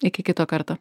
iki kito karto